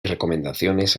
recomendaciones